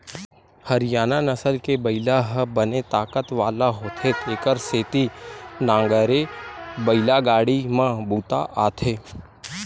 हरियाना नसल के बइला ह बने ताकत वाला होथे तेखर सेती नांगरए बइला गाड़ी म बूता आथे